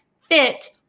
fit